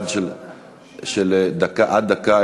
עד דקה,